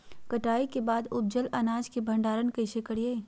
कटाई के बाद उपजल अनाज के भंडारण कइसे करियई?